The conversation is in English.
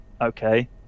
okay